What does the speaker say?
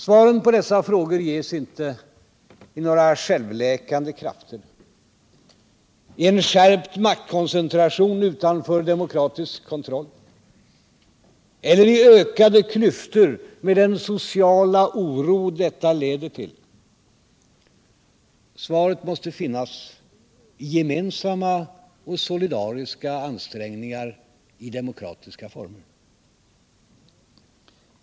Svaren på dessa frågor finns inte i några självläkande krafter, i en skärpt maktkoncentration utanför demokratisk kontroll eller i ökade klyftor med den sociala oro detta leder till. Svaret måste finnas i gemensamma och solidariska ansträngningar i demokratiska former.